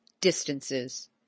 distances